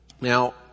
now